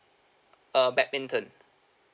uh badminton